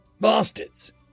Bastards